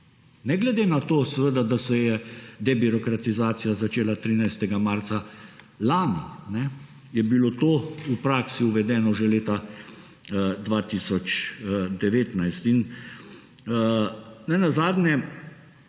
Ne glede na to, da se je debirokratizacija začela 13. marca lani, je bilo to v praksi uvedeno že leta 2019, nenazadnje